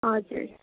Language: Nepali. हजुर